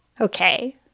Okay